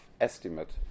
estimate